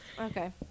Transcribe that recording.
Okay